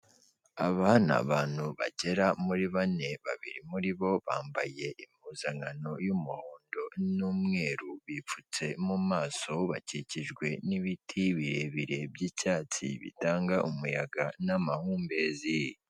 Aba ni abantu bagera muri bane, babiri muri bo bambaye impuzankano y'umuhondo n'umweru, bipfutse mu maso, bakikijwe n'ibiti birebire by'icyatsi bitanga umuyaga n'amahumbezi.